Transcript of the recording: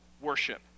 worship